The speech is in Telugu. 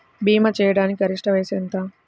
భీమా చేయాటానికి గరిష్ట వయస్సు ఎంత?